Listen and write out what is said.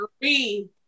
agree